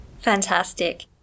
Fantastic